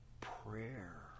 prayer